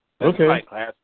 Okay